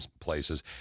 places